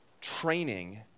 training